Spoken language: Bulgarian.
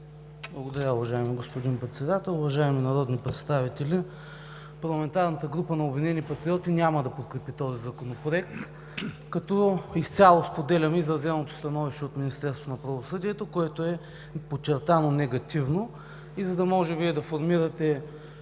Благодаря, уважаеми господин Председател. Уважаеми народни представители, парламентарната група на „Обединени патриоти“ няма да подкрепи този законопроект. Изцяло споделяме изразеното становище от Министерството на правосъдието, което е подчертано негативно. За да може да формирате